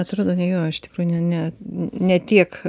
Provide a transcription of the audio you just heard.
atrodo ne jo iš tikrųjų ne ne tiek